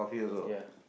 ya